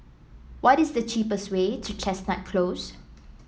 what is the cheapest way to Chestnut Close